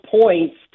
points